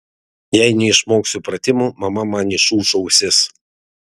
jei neišmoksiu pratimų mama man išūš ausis